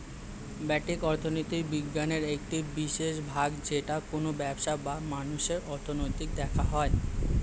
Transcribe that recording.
ব্যষ্টিক অর্থনীতি বিজ্ঞানের একটি বিশেষ ভাগ যেটাতে কোনো ব্যবসার বা মানুষের অর্থনীতি দেখা হয়